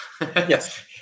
Yes